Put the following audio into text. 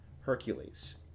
Hercules